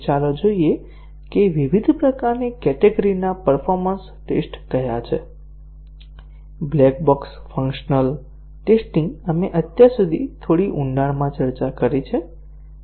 ચાલો જોઈએ કે વિવિધ પ્રકારની કેટેગરીના પરફોર્મન્સ ટેસ્ટ કયા છે બ્લેક બોક્સ ફંકશનલ ટેસ્ટીંગ આપણે અત્યાર સુધી થોડી ઊડાણમાં ચર્ચા કરી છે